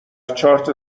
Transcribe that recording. چارت